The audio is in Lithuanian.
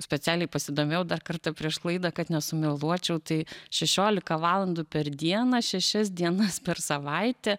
specialiai pasidomėjau dar kartą prieš laidą kad nesumeluočiau tai šešiolika valandų per dieną šešias dienas per savaitę